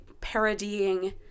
parodying